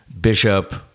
bishop